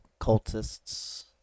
cultists